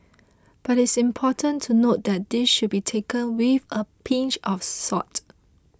but it's important to note that this should be taken with a pinch of salt